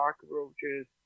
cockroaches